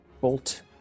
bolt